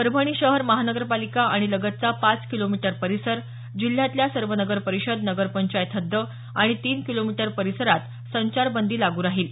परभणी शहर महानगरपालिका आणि लगतचा पाच किलोमीटर परिसर जिल्ह्यातल्या सर्व नगर परिषद नगर पंचायत हद्द आणि तीन किलोमीटर परिसरात संचारबंदी लागू राहील